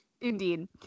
Indeed